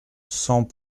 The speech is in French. cent